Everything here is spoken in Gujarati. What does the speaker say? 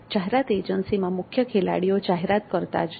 જાહેરાત એજન્સી માં મુખ્ય ખેલાડીઓ જાહેરાતકર્તા જ છે